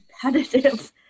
competitive